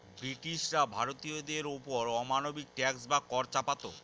ব্রিটিশরা ভারতীয়দের ওপর অমানবিক ট্যাক্স বা কর চাপাতো